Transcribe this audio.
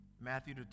Matthew